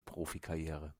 profikarriere